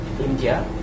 India